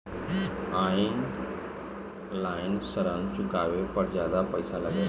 आन line ऋण चुकावे पर ज्यादा पईसा लगेला?